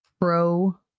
pro